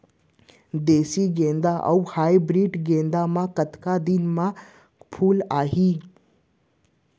देसी गेंदा अऊ हाइब्रिड गेंदा म कतका दिन म फूल आही?